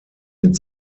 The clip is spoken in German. mit